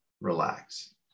relax